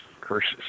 curses